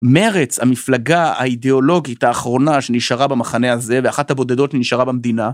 מרץ המפלגה האידיאולוגית האחרונה שנשארה במחנה הזה ואחת הבודדות שנשארה במדינה.